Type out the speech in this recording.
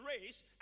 race